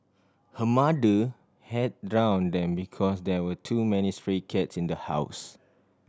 her mother had drown them because there were too many stray cats in the house